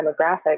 demographic